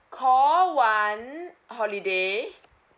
call one holiday